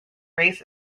race